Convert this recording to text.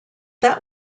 that